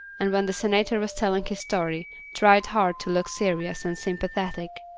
and when the senator was telling his story tried hard to look serious and sympathetic.